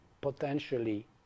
potentially